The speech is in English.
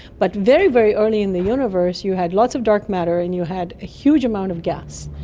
but very, very early in the universe you had lots of dark matter and you had a huge amount of gas,